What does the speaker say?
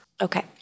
Okay